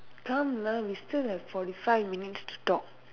come lah we still have forty five minutes to talk